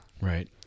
Right